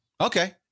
Okay